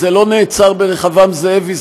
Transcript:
זה לא נעצר ברחבעם זאבי,